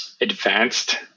advanced